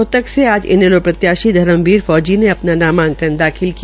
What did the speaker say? रोहतक से आज इनैलो प्रत्याशी धर्मवीर फौजी ने अपना नामांकन दाखिल किया